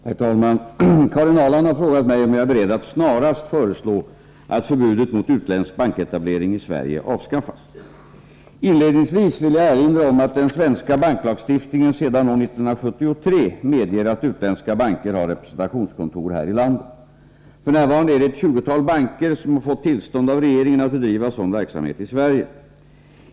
Herr talman! Karin Ahrland har frågat mig om jag är beredd att snarast föreslå att förbudet mot utländsk banketablering i Sverige avskaffas. Inledningsvis vill jag erinra om att den svenska banklagstiftningen sedan år 1973 medger att utländska banker har representationskontor här i landet. F. n. är det ett tjugotal banker som fått tillstånd av regeringen att driva sådan verksamhet i Sverige.